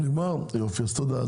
אז נגמר, יופי, תודה.